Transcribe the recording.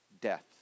death